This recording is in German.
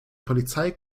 polizei